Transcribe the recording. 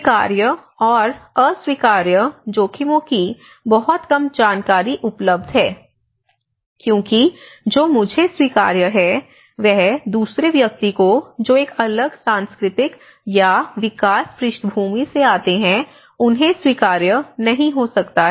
स्वीकार्य और अस्वीकार्य जोखिमों की बहुत कम जानकारी उपलब्ध है क्योंकि जो मुझे स्वीकार्य है वह दूसरे व्यक्ति को जो एक अलग सांस्कृतिक या विकास पृष्ठभूमि से आते हैं उन्हें स्वीकार्य नहीं हो सकता है